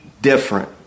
different